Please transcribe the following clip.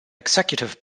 executive